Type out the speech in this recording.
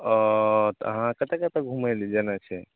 ओ तऽ अहाँ कतए कतए घुमै ले जेनाइ छै